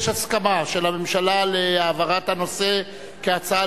יש הסכמה של הממשלה להעברת הנושא כהצעה